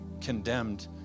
condemned